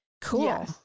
cool